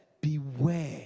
beware